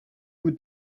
would